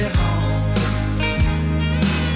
home